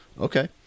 Okay